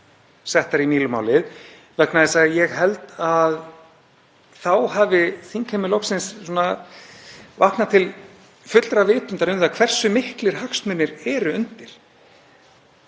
settar í Mílumálið vegna þess að ég held að þá hafi þingheimur loksins vaknað til fullrar vitundar um það hversu miklir hagsmunir eru undir.